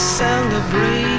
celebrate